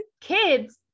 kids